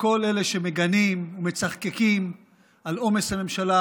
וכל אלה שמגנים ומצחקקים על עומס הממשלה